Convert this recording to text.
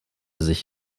sich